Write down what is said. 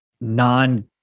non